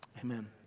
Amen